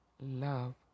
love